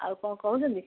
ଆଉ କ'ଣ କହୁଛନ୍ତି